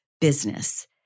business